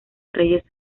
reyes